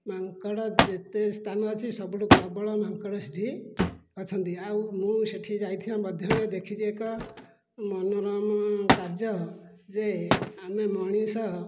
ମାଙ୍କଡ଼ ଯେତେ ସ୍ଥାନ ଅଛି ସବୁଠାରୁ ପ୍ରବଳ ମାଙ୍କଡ଼ ସେଠି ଅଛନ୍ତି ଆଉ ମୁଁ ସେଇଠି ଯାଇଥିବା ମଧ୍ୟରେ ଦେଖିଛି ଏକ ମନୋରମ କାର୍ଯ୍ୟ ଯେ ଆମେ ମଣିଷ